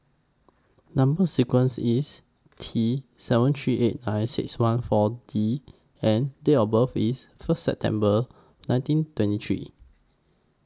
Number sequence IS T seven three eight nine six one four D and Date of birth IS First September nineteen twenty three